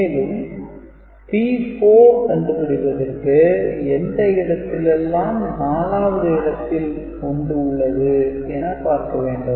மேலும் P4 கண்டுபிடிப்பதற்கு எந்த இடத்தில் எல்லாம் 4 வது இடத்தில் 1 உள்ளது என பார்க்க வேண்டும்